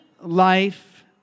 life